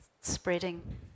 spreading